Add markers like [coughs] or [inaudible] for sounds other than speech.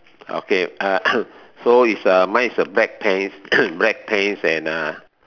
okay uh [coughs] so is a mine is a black pants [coughs] black pants and uh